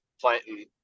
planting